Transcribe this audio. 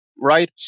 right